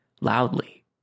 Loudly